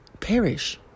perish